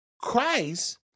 Christ